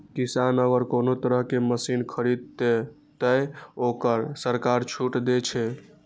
किसान अगर कोनो तरह के मशीन खरीद ते तय वोकरा सरकार छूट दे छे?